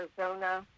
Arizona